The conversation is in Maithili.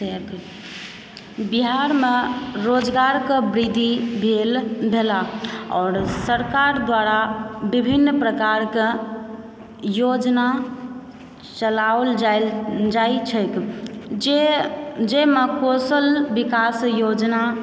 बिहारमे रोजगारके वृद्धि भेल भेला आओर सरकार द्वारा विभिन्न प्रकारकेँ योजना चलाओल जाइत छैक जे जाहिमऽ कौशल विकास योजना